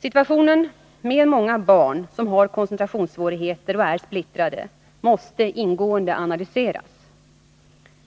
Situationen med många barn som har koncentrationssvårigheter och är splittrade måste ingående analyseras.